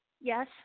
Yes